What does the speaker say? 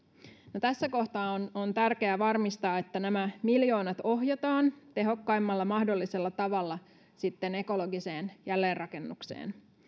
tässä kohtaa on on tärkeää varmistaa että nämä miljoonat ohjataan tehokkaimmalla mahdollisella tavalla sitten ekologiseen jälleenrakennukseen